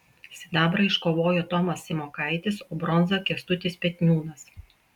sidabrą iškovojo tomas simokaitis o bronzą kęstutis petniūnas